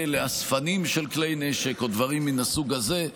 לאספנים של כלי נשק או דברים מהסוג הזה.